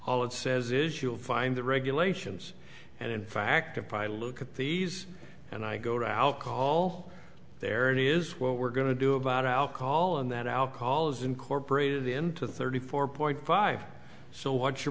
all it says is you'll find the regulations and in fact if i look at these and i go to alcohol there and is what we're going to do about outcall and that alcohol is incorporated into thirty four point five so what's your